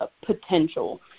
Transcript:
potential